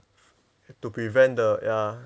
to prevent the ya